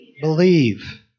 believe